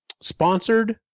sponsored